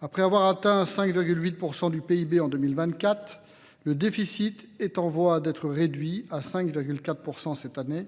Après avoir atteint 5,8% du PIB en 2024, le déficit est en voie d'être réduit à 5,4% cette année